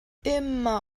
immer